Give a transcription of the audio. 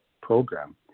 program